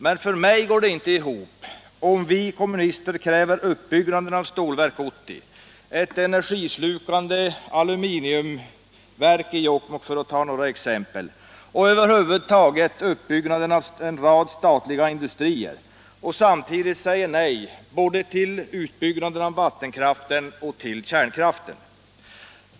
Men för mig går det inte ihop, om vi kommunister kräver uppbyggnaden av Stålverk 80, ett ener gislukande aluminiumverk i Jokkmokk, för att ta ett par exempel, och över huvud taget uppbyggnad av en rad statliga industrier, och vi samtidigt skulle säga nej till både utbyggnad av vattenkraften och till kärnkraft.